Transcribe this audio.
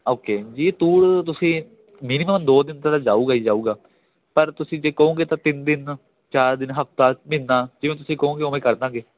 okay ਜੀ tour ਤੁਸੀਂ minimum ਤੁਸੀਂ ਦੋ ਦਿਨ ਦਾ ਤਾਂ ਜਾਉਗਾ ਹੀ ਜਾਊਗਾ ਪਰ ਤੁਸੀਂ ਜੇ ਕਹੋਂਗੇ ਤਾਂ ਤਿੰਨ ਦਿਨ ਚਾਰ ਦਿਨ ਹਫ਼ਤਾ ਮਹੀਨਾ ਜਿਵੇਂ ਤੁਸੀਂ ਕਹੋਂਗੇ ਉਵੇਂ ਕਰ ਦਾਂਗੇ